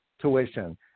tuition